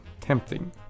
tempting